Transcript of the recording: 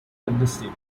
wednesday